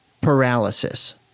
paralysis